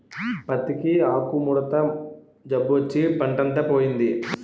పత్తికి ఆకుముడత జబ్బొచ్చి పంటంతా పోయింది